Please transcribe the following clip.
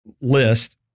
list